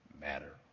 matter